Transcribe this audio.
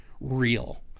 real